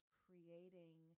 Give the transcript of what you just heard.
creating